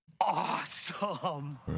Awesome